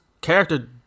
character